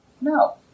No